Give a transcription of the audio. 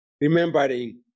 remembering